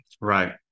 Right